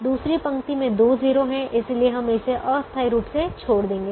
दूसरी पंक्ति में दो 0 हैं इसलिए हम इसे अस्थायी रूप से छोड़ देंगे